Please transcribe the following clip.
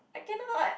I cannot